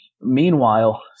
Meanwhile